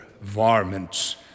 varmints